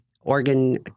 organ